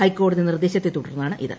്ഹൈക്കോടതി നിർദ്ദേശത്തെ തുടർന്നാണ് ഇത്